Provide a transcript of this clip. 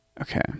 okay